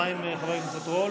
מה עם חבר הכנסת רול?